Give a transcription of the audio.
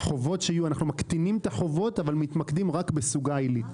אנחנו מקטינים את החובות אבל מתמקדים רק בסוגה עלית,